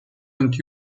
und